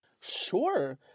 Sure